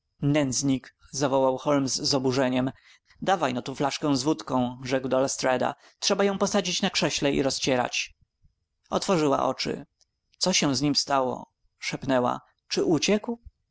nędznik zawołał holmes z oburzeniem dawaj no tu flaszkę z wódką rzekł do lestrada trzeba ją posadzić na krześle i rozcierać otworzyła oczy co się z nim stało szepnęła czy uciekł